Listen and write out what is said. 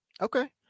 Okay